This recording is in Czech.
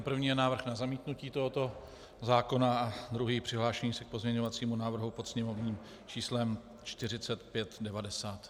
První je návrh na zamítnutí tohoto zákona, druhý přihlášení se k pozměňovacímu návrhu pod sněmovním číslem 4590.